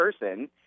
person